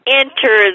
enter